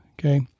okay